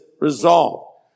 resolved